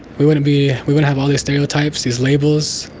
we wouldn't be we wouldn't have all these stereotypes, these labels,